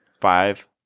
Five